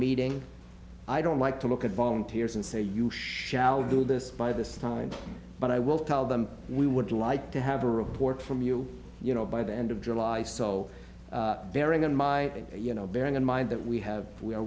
meeting i don't like to look at volunteers and say you shall do this by this time but i will tell them we would like to have a report from you you know by the end of july so bearing in my you know bearing in mind that we have we